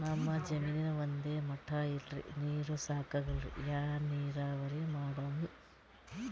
ನಮ್ ಜಮೀನ ಒಂದೇ ಮಟಾ ಇಲ್ರಿ, ನೀರೂ ಸಾಕಾಗಲ್ಲ, ಯಾ ನೀರಾವರಿ ಮಾಡಮು?